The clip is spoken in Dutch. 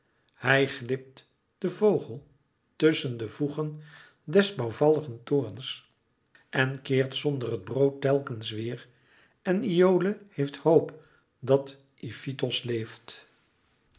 hij glipt de vogel tusschen de voegen des bouwvalligen torens en keert zonder het brood telkens weêr en iole heeft hoop dat ifitos leeft